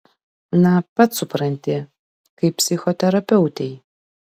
na pats supranti kaip psichoterapeutei